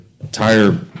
entire